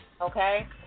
okay